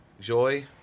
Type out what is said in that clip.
Joy